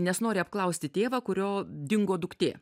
nes nori apklausti tėvą kurio dingo duktė